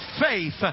faith